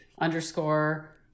underscore